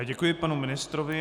Děkuji panu ministrovi.